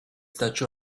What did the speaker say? taču